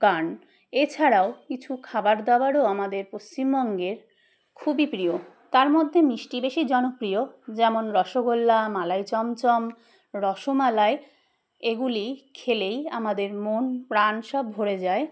গান এছাড়াও কিছু খাবার দাবারও আমাদের পশ্চিমবঙ্গের খুবই প্রিয় তার মধ্যে মিষ্টি বেশি জনপ্রিয় যেমন রসগোল্লা মালাইচমচম রসমালাই এগুলি খেলেই আমাদের মন প্রাণ সব ভরে যায়